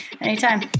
anytime